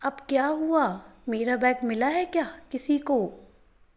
अब क्या हुआ मेरा बैग मिला है क्या किसी को